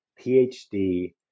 PhD